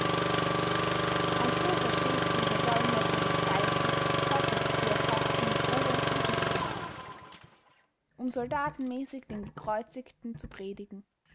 also versteht dieser dolmetscher des geistes gottes die apostel mit ober und untergewehr um soldatenmäßig den gekreuzigten zu predigen